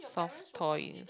soft toys